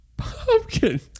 Pumpkin